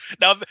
Now